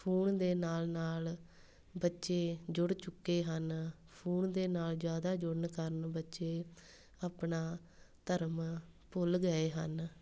phone ਦੇ ਨਾਲ ਨਾਲ ਬੱਚੇ ਜੁੜ ਚੁੱਕੇ ਹਨ ਫ਼ੋਨ ਦੇ ਨਾਲ ਜ਼ਿਆਦਾ ਜੁੜਨ ਕਾਰਨ ਬੱਚੇ ਆਪਣਾ ਧਰਮ ਭੁੱਲ ਗਏ ਹਨ